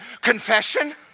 Confession